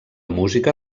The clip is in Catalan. música